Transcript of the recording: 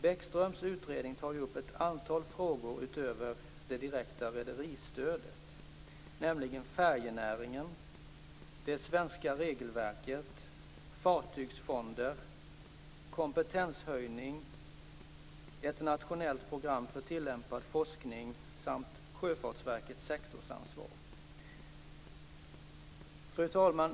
Bäckströms utredning tar ju upp ett antal frågor utöver det direkta rederistödet, nämligen färjenäringen, det svenska regelverket, fartygsfonder, kompetenshöjning, ett nationellt program för tillämpad forskning samt Sjöfartsverkets sektorsansvar. Fru talman!